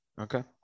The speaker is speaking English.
Okay